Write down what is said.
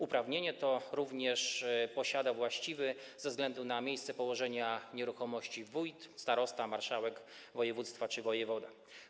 Uprawnienie to również posiada właściwy ze względu na miejsce położenia nieruchomości wójt, starosta, marszałek województwa czy wojewoda.